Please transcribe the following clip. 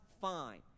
fine